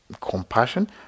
compassion